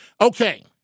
Okay